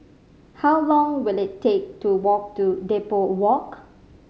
how long will it take to walk to Depot Walk